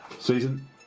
season